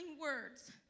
words